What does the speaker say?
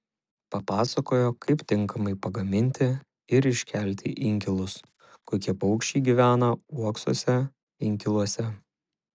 papasakojo kaip tinkamai pagaminti ir iškelti inkilus kokie paukščiai gyvena uoksuose inkiluose